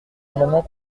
amendement